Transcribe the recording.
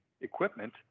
equipment